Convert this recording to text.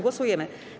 Głosujemy.